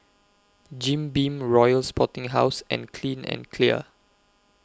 Jim Beam Royal Sporting House and Clean and Clear